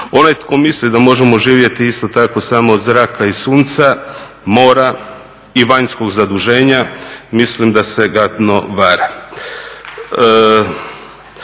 Onaj tko misli da možemo živjeti isto tako samo od zraka i sunca i vanjskog zaduženja, mislim da se gadno vara.